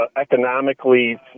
economically